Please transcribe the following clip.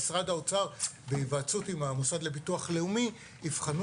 משרד האוצר בהיוועצות עם המוסד לביטוח הלאומי יבחנו